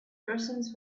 persons